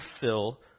fill